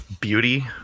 beauty